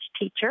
teacher